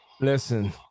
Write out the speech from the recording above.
listen